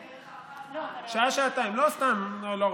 שעה-שעתיים, לא הרבה.